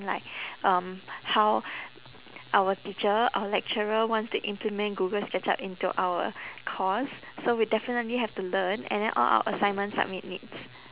like um how our teacher or lecturer wants to implement google sketchup into our course so we definitely have to learn and then all our assignments submit needs